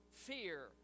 Fear